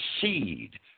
seed